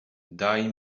daj